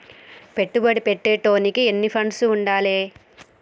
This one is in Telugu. పెట్టుబడి పెట్టేటోనికి ఎన్ని ఫండ్స్ ఉండాలే?